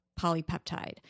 polypeptide